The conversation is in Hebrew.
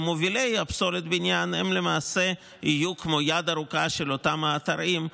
מובילי פסולת הבניין יהיו למעשה כמו יד ארוכה של אותם אתרים.